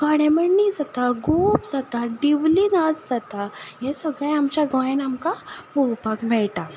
घोडेमोडणी जाता गोफ जाता दिवली नाच जाता हें सगलें आमच्या गोंयान आमकां पोवोपाक मेयटा